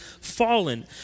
fallen